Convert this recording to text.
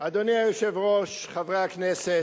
קביעת יום העצמאות ביום חמישי